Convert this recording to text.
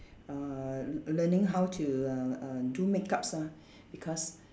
uh le~ learning how to uh uh do makeup ah because